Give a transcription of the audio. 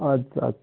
آدٕ سا آدٕ سا